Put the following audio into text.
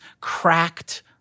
cracked